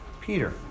Peter